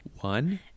one